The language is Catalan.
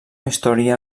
història